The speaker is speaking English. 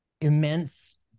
immense